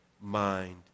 mind